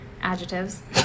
adjectives